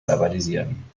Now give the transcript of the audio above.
verbalisieren